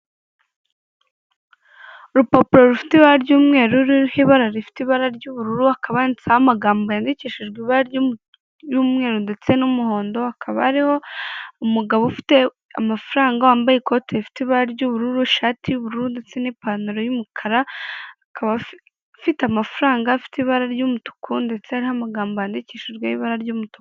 Urupapuro rufite ibara ry'umweru, ruriho ibara rifite ibara ry'ubururu, hakaba handitseho amagambo yandikishijwe ibara ry'umweru ndetse n'umuhondo, hakaba hari umugabo ufite amafaranga wambaye ikoti rifite ibara ry'ubururu, ishati y'ubururu ndetse n'ipantaro y'umukara. Akaba afite amafaranga afite ibara ry'umutuku ndetse n'amagambo yandikishijwe ibara ry'umutuku.